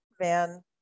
man